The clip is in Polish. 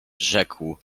rzekł